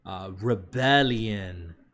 Rebellion